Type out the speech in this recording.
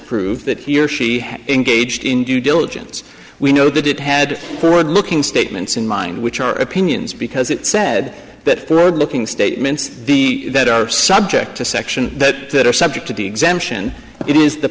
prove that he or she had engaged in due diligence we know that it had forward looking statements in mind which are opinions because it said that the road looking statements the that are subject to section that are subject to the exemption it is the